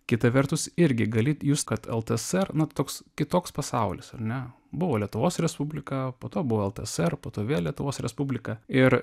kita vertus irgi gali just kad ltsr na toks kitoks pasaulis ar ne buvo lietuvos respublika po to buvo ltsr po to vėl lietuvos respublika ir